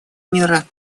мира